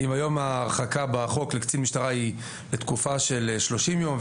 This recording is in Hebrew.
אם היום ההרחקה בחוק לקצין משטרה היא לתקופה של 30 יום,